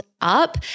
up